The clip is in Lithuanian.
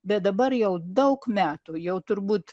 bet dabar jau daug metų jau turbūt